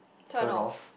turn off